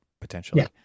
potentially